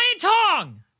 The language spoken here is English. Tong